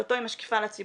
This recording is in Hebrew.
שאותו היא משקיפה לציבור,